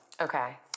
Okay